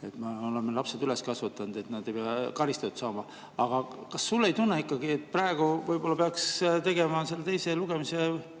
Me oleme lapsed üles kasvatanud, nad ei pea karistatud saama. Aga kas sulle ei tundu, et praegu võib-olla peaks teise lugemise